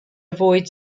avoid